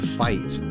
fight